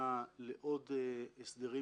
לעוד הסדרים